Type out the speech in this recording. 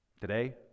Today